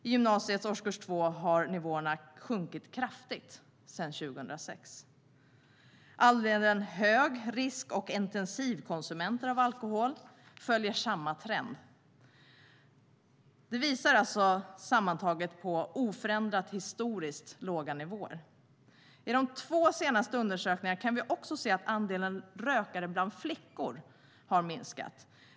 I gymnasiets årkurs 2 har nivåerna sjunkit kraftigt sedan 2006. Andelen hög, risk och intensivkonsumenter av alkohol följer samma trend. Sammantaget visar årets siffor på i stort sett oförändrade historiskt sett låga nivåer. I de två senaste undersökningarna kan vi också se att andelen rökare bland flickor har minskat.